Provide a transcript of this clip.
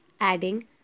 adding